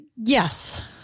Yes